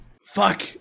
Fuck